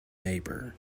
neighbour